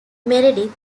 meredith